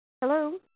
Hello